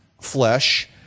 flesh